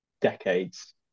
decades